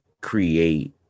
create